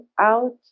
out